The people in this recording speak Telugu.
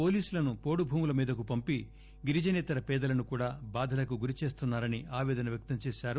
పోలీసులను పోడు భూముల మీదకు పంపి గిరిజనేతర పేదలను కూడా బాధలకు గురి చేస్తున్నారని ఆవేదన వ్యక్తం చేశారు